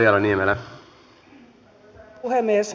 arvoisa herra puhemies